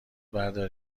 بردار